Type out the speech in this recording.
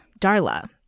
Darla